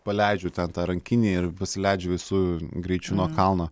paleidžiu ten tą rankinį ir pasileidžia visu greičiu nuo kalno